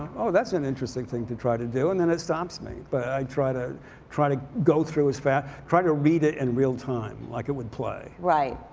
oh that's an interesting thing to try to do. and then it stops me. but i try to try to go through as fast try to read it in and real time. like it would play. right.